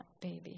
baby